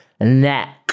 Neck